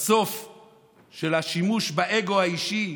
של השימוש באגו האישי,